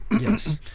yes